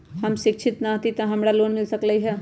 हम शिक्षित न हाति तयो हमरा लोन मिल सकलई ह?